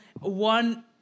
one